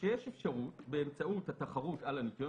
שיש אפשרות באמצעות התחרות על הניכיון